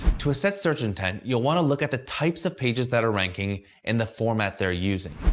to assess search intent, you'll want to look at the types of pages that are ranking and the format they're using.